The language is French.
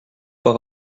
par